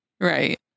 Right